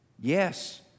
yes